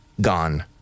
Gone